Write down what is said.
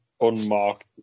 unmarked